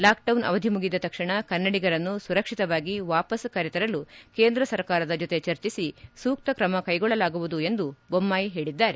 lockdown ಅವಧಿ ಮುಗಿದ ತಕ್ಷಣ ಕನ್ನಡಿಗರನ್ನು ಸುರಕ್ಷಿತವಾಗಿ ವಾಪಸ್ ಕರೆತರಲು ಕೇಂದ್ರ ಸರ್ಕಾರದ ಜೊತೆ ಚರ್ಚಿಸಿ ಸೂಕ್ತ ತ್ರಮ ಕೈಗೊಳ್ಳಲಾಗುವುದು ಎಂದು ಬೊಮ್ವಾಯಿ ಹೇಳಿದ್ದಾರೆ